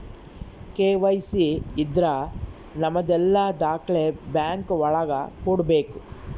KYC ಇದ್ರ ನಮದೆಲ್ಲ ದಾಖ್ಲೆ ಬ್ಯಾಂಕ್ ಒಳಗ ಕೊಡ್ಬೇಕು